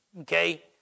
okay